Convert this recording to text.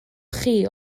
chi